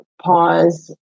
pause